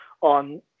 on